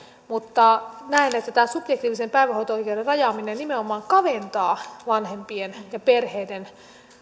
mutta näen että tämän subjektiivisen päivähoito oikeuden rajaaminen nimenomaan kaventaa vanhempien ja perheiden